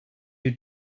you